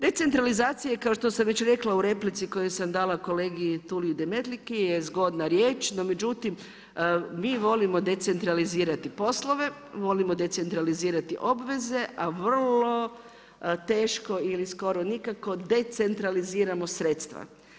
Decentralizacija je kao što sam već rekla u replici koju sam dala kolegi Tuliu Demetliki je zgodna riječ no međutim mi volimo decentralizirati poslove, volimo decentralizirati obveze, a vrlo teško ili skoro nikako decentraliziramo sredstva.